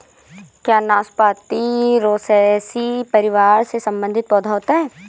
क्या नाशपाती रोसैसी परिवार से संबंधित पौधा होता है?